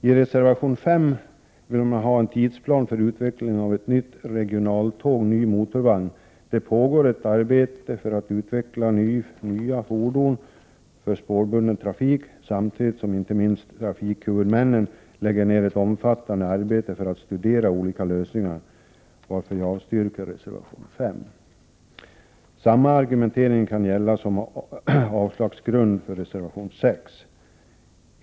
I reservation 5 vill man ha en tidsplan för utveckling av nytt regionaltåg/ny motorvagn. Det pågår ett arbete för att utveckla nya fordon för spårbunden trafik, samtidigt som inte minst trafikhuvudmännen lägger ned ett omfattande arbete för att studera olika lösningar, varför jag avstyrker reservation 5. Samma argumentering kan gälla som avslagsgrund för reservation nr 6.